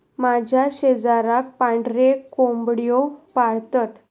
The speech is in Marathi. माझ्या शेजाराक पांढरे कोंबड्यो पाळतत